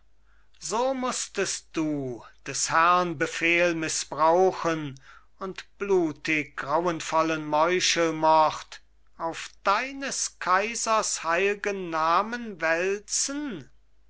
so mußtest du des herrn befehl mißbrauchen und blutig grauenvollen meuchelmord auf deines kaisers heilgen namen wälzen